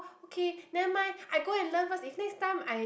okay never mind I go and learn first if next time I